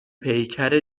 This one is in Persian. پیکر